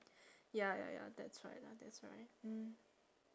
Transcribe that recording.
ya ya ya that's right lah that's right mm